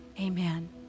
amen